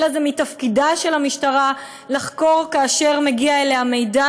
אלא זה מתפקידה של המשטרה לחקור כאשר מגיע אליה מידע,